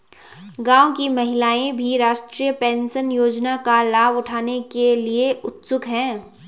गांव की महिलाएं भी राष्ट्रीय पेंशन योजना का लाभ उठाने के लिए उत्सुक हैं